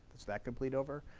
that complete over,